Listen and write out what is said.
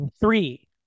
three